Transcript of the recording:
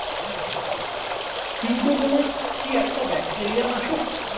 Pseudomonas কি একটা bacteria নাশক?